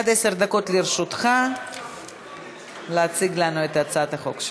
עד עשר דקות לרשותך להציג לנו את הצעת החוק שלך.